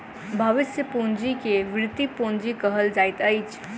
भविष्य पूंजी के वृति पूंजी कहल जाइत अछि